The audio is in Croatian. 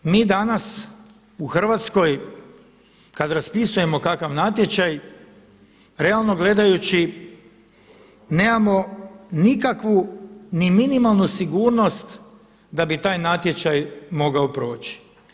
Mi danas u Hrvatskoj kad raspisujemo kakav natječaj realno gledajući nemamo nikakvu ni minimalnu sigurnost da bi taj natječaj mogao proći.